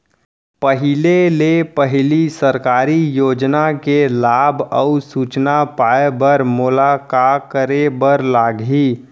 पहिले ले पहिली सरकारी योजना के लाभ अऊ सूचना पाए बर मोला का करे बर लागही?